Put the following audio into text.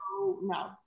No